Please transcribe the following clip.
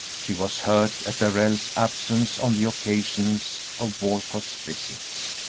she was hurt at darrell's absence on the occasions of walcott's visits.